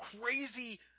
crazy